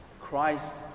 Christ